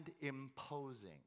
imposing